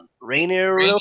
rainier